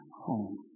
home